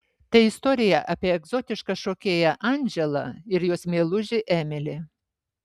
tai istorija apie egzotišką šokėją andželą ir jos meilužį emilį